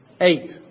Eight